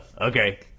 Okay